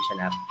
app